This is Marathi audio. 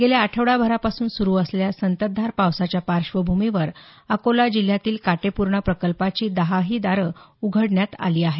गेल्या आठवडाभरापासून सुरू असलेल्या संततधार पावसाच्या पार्श्वभूमीवर अकोला जिल्ह्यातील काटेपूर्णा प्रकल्पाची दहाही दारं उघडण्यात आली आहेत